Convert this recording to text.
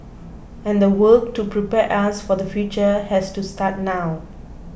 and the work to prepare us for the future has to start now